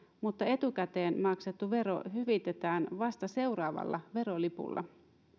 mutta etukäteen maksettu vero hyvitetään vasta seuraavalla verolipulla